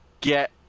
get